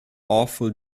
awful